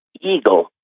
eagle